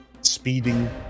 Speeding